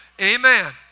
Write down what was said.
Amen